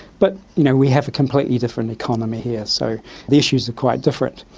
but you know we have a completely different economy here, so the issues are quite different.